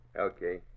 Okay